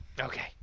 okay